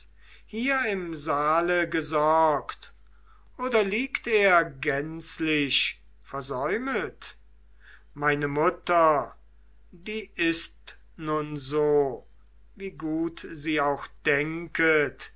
hier im saale gesorgt oder liegt er gänzlich versäumet meine mutter die ist nun so wie gut sie auch denket